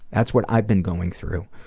that's what i've been going through.